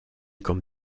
comme